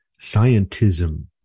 scientism